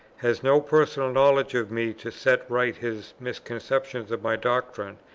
has no personal knowledge of me to set right his misconceptions of my doctrine,